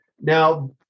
Now